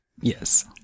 yes